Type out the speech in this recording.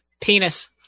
Penis